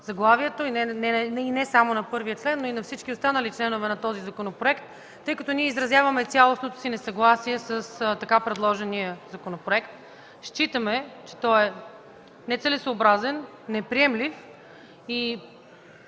не само на първия член, но и на всички останали членове от него, защото изразяваме цялостното си несъгласие с така предлагания законопроект. Считаме, че той е нецелесъобразен, неприемлив и